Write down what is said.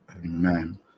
Amen